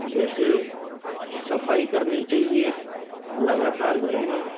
जैसे सफाई करनी चाहिए लगातार घर में